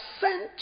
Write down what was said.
sent